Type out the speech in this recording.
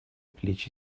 плечи